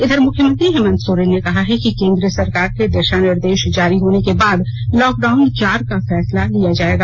इधर मुख्यमंत्री हेमंत सोरेन ने कहा है कि केंद्र सरकार के दिषा निर्देष जारी होने के बाद लॉकडाउन चार का फैसला लिया जायेगा